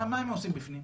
מה הם עושים בפנים?